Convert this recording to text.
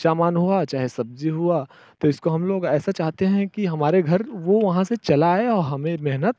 सामान हुआ चाहे सब्ज़ी हुआ तो इसको हम लोग ऐसा चाहते हैं कि हमारे घर वो वहाँ से चला आए और हमें मेहनत